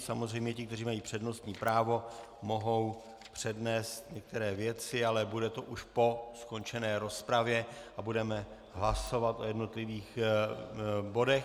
Samozřejmě ti, kteří mají přednostní právo, mohou přednést některé věci, ale bude to už po skončené rozpravě a budeme hlasovat o jednotlivých bodech.